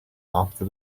after